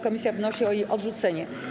Komisja wnosi o jej odrzucenie.